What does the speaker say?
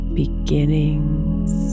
beginnings